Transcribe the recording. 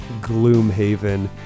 Gloomhaven